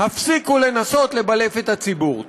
הפסיקו לנסות לבלף לציבור.